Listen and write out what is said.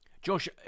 Josh